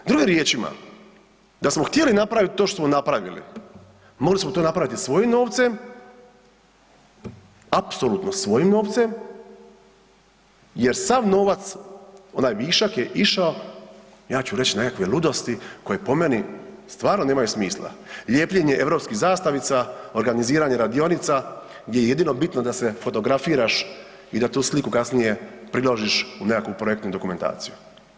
Drugim riječima, da smo htjeli napravit to što smo napravili mogli smo to napravit i svojim novcem, apsolutno svojim novcem jer sav novac, onaj višak je išao, ja ću reć na nekakve ludosti koje po meni stvarno nema smisla, ljepljenje europskih zastavica, organiziranje radionica gdje je jedino bitno da se fotografiraš i da tu sliku kasnije priložiš u nekakvu projektnu dokumentaciju.